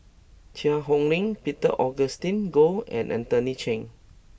Cheang Hong Lim Peter Augustine Goh and Anthony Chen